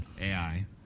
AI